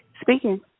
Speaking